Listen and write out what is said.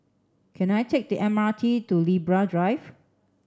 can I take the M R T to Libra Drive